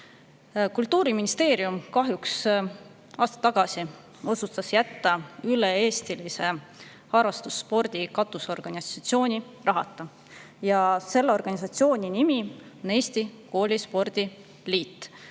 Kultuuriministeerium aasta tagasi jätta üle-eestilise harrastusspordi katusorganisatsiooni rahata. Selle organisatsiooni nimi on Eesti Koolispordi Liit.